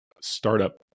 startup